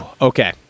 Okay